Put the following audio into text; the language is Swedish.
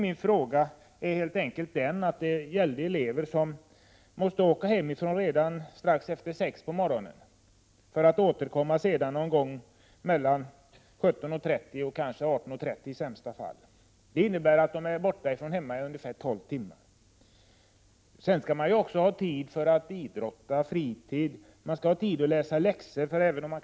Min fråga gäller elever som måste åka hemifrån redan strax efter kl. 6 på 101 morgonen, för att återkomma någon gång efter kl. 17.30, kanske i sämsta fall kl. 18.30. Det innebär att de är borta hemifrån ungefär 12 timmar. Sedan skall de också ha fritid, kunna idrotta, ha tid att läsa läxor osv.